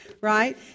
right